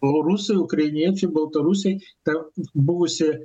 rusai ukrainiečiai baltarusiai ta buvusi